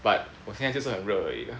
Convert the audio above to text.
but 我现在就是很热而已